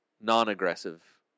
non-aggressive